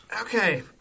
Okay